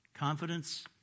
Confidence